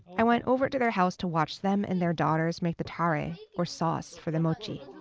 i went over to their house to watch them and their daughters make the tare, or sauce, for the mochi.